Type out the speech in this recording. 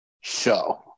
show